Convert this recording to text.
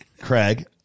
Craig